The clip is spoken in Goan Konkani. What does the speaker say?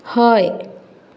हय